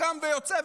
קם ויוצא,